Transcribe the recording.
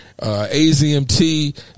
azmt